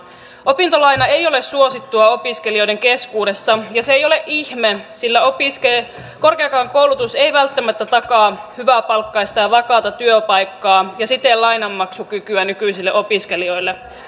opintolaina ei ole suosittua opiskelijoiden keskuudessa ja se ei ole ihme sillä korkeakaan koulutus ei välttämättä takaa hyväpalkkaista ja vakaata työpaikkaa ja siten lainanmaksukykyä nykyisille opiskelijoille